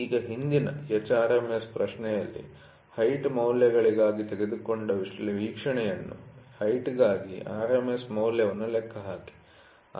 ಈಗ ಹಿಂದಿನ hRMS ಪ್ರಶ್ನೆಯಲ್ಲಿ ಹೈಟ್ ಮೌಲ್ಯಗಳಿಗಾಗಿ ತೆಗೆದುಕೊಂಡ ವೀಕ್ಷಣೆಗಳನ್ನು ಹೈಟ್'ಗಾಗಿ RMS ಮೌಲ್ಯವನ್ನು ಲೆಕ್ಕಹಾಕಿ